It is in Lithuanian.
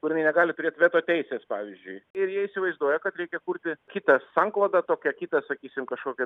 kur jinai negali turėt veto teisės pavyzdžiui ir jie įsivaizduoja kad reikia kurti kitą sanklodą tokią kitą sakysim kažkokią